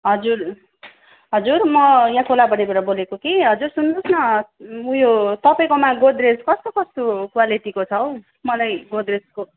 हजुर हजुर म यहाँ कोलाबारीबाट बोलेको कि हजुर सुन्नुहोस् न उयो तपाईँकोमा गोदरेज कस्तो कस्तो क्वालिटीको छ हौ मलाई गोदरेजको